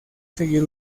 seguir